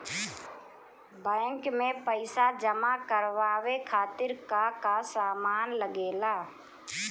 Bank में पईसा जमा करवाये खातिर का का सामान लगेला?